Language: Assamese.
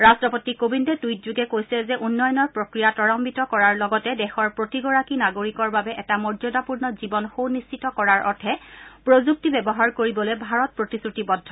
ৰাষ্টপতি কোবিন্দে টুইটযোগে কৈছে যে উন্নয়নৰ প্ৰক্ৰিয়া ত্বৰান্নিত কৰাৰ লগতে দেশৰ প্ৰতিগৰাকী নাৰগিকৰ বাবে এটা মৰ্যাদাপূৰ্ণ জীৱন সুনিশ্চিত কৰাৰ অৰ্থে প্ৰযুক্তি ব্যৱহাৰ কৰিবলৈ ভাৰত প্ৰতিশ্ৰুতিবদ্ধ